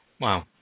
Wow